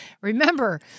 Remember